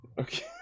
Okay